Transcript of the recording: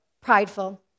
prideful